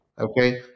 Okay